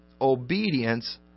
obedience